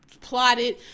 plotted